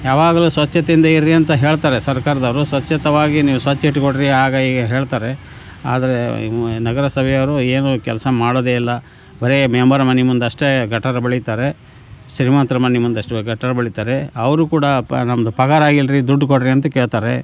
ಯಾವಾಗಲೂ ಸ್ವಚ್ಛತೆಯಿಂದ ಇರ್ರಿ ಅಂತ ಹೇಳ್ತಾರೆ ಸರ್ಕಾರದವರು ಸ್ವಚ್ಛತವಾಗಿ ನೀವು ಸ್ವಚ್ಛ ಇಟ್ಟುಕೊಳ್ಳಿ ಆಗ ಈಗ ಹೇಳ್ತಾರೆ ಆದರೆ ನಗರಸಭೆಯವರು ಏನೂ ಕೆಲಸ ಮಾಡೋದೇ ಇಲ್ಲ ಬರೇ ಮೆಂಬರ ಮನೆ ಮುಂದಷ್ಟೇ ಗಟಾರ ಬಳೀತಾರೆ ಶ್ರೀಮಂತರ ಮನೆ ಮುಂದಷ್ಟೇ ಗಟಾರ ಬಳೀತಾರೆ ಅವರು ಕೂಡ ನಮ್ದು ಪಗಾರ ಆಗಿಲ್ಲರಿ ಇಲ್ಲಿ ದುಡ್ಡು ಕೊಡಿರಿ ಅಂತ ಕೇಳ್ತಾರೆ